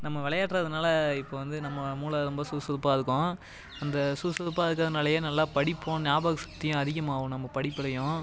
நம்ம விளையாடுறதுனால இப்போ வந்து நம்ம மூளை ரொம்ப சுறு சுறுப்பாக இருக்கும் அந்த சுறு சுறுப்பாக இருக்கறனாலேயே நல்லா படிப்போம் நியாபக சக்தியும் அதிகமாகும் நம்ம படிப்புலேயும்